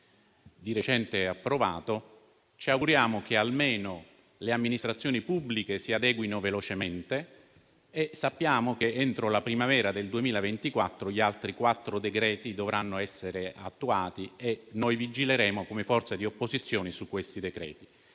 di recente approvato, ci auguriamo che almeno le amministrazioni pubbliche si adeguino velocemente. Sappiamo che, entro la primavera del 2024, gli altri quattro decreti dovranno essere attuati e noi vigileremo, come forza di opposizione, su di essi.